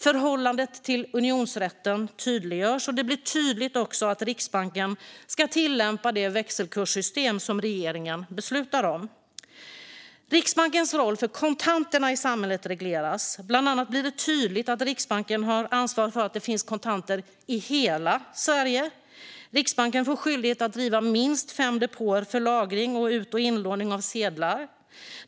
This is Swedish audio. Förhållandet till unionsrätten tydliggörs. Det blir också tydligt att Riksbanken ska tillämpa det växelkurssystem som regeringen beslutar om. Riksbankens roll för kontanterna i samhället regleras. Bland annat blir det tydligt att Riksbanken har ansvar för att det finns kontanter i hela Sverige. Riksbanken får skyldighet att driva minst fem depåer för lagring och ut och inlåning av sedlar.